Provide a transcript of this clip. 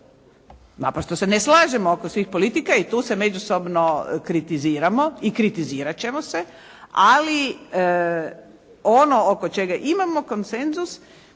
naprosto se ne slažemo oko svih politika i tu se međusobno kritiziramo i kritizirat ćemo se. Ali ono oko čega imamo konsenzus